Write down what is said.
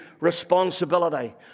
responsibility